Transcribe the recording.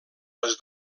les